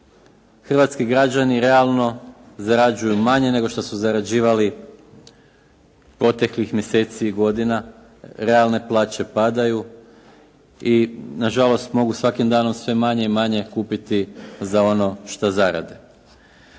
Hrvatski građani realno zarađuju manje nego što su zarađivali proteklih mjeseci i godina, realne plaće padaju i na žalost mogu svakim danom sve manje i manje kupiti za ono što zarade.